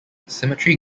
symmetry